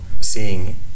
seeing